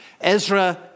Ezra